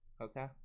Okay